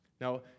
Now